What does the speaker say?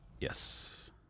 Yes